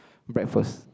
breakfast